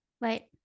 Right